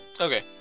Okay